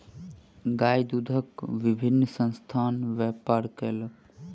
गाय दूधक बहुत विभिन्न संस्थान व्यापार कयलक